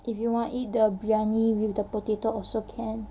if you want eat the briyani with the potato also can